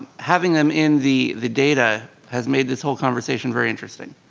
having them in the the data has made this whole conversation very interesting.